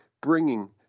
bringing